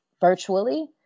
virtually